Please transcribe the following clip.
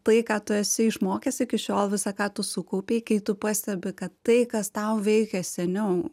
tai ką tu esi išmokęs iki šiol visa ką tu sukaupei kai tu pastebi kad tai kas tau veikė seniau